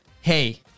Hey